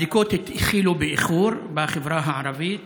הבדיקות בחברה הערבית